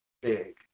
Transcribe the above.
big